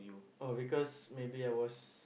oh because maybe I was